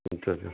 اچھا اچھا